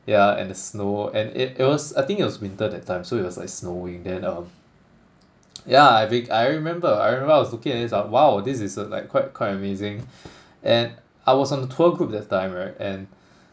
yeah and the snow and it it was I think it was winter that time so it was like snowing then um yeah I vi~ I remember I remember I was looking at this like !wow! this is a like quite quite amazing and I was on the tour group that time right and